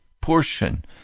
portion